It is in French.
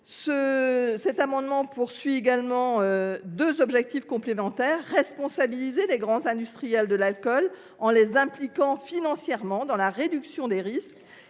Cet amendement vise également à atteindre deux objectifs complémentaires : responsabiliser les grands industriels de l’alcool, en les impliquant financièrement dans la réduction des risques,